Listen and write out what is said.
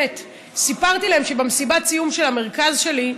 סיפרתי להם שבמסיבת סיום של המרכז שלי,